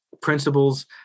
principles